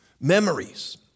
Memories